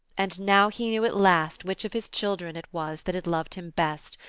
and now he knew at last which of his children it was that had loved him best,